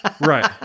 Right